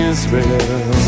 Israel